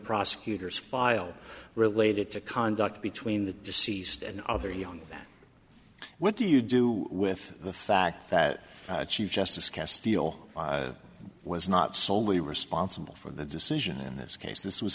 prosecutor's file related to conduct between the deceased and other young what do you do with the fact that chief justice castillo was not soley responsible for the decision in this case this was